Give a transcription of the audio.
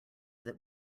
that